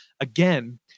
again